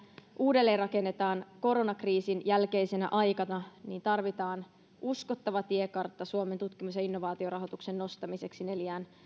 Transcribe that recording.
uudelleenrakennetaan koronakriisin jälkeisenä aikana niin tarvitaan uskottava tiekartta suomen tutkimus ja innovaatiorahoituksen nostamiseksi neljään